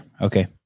Okay